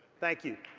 thank you.